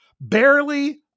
barely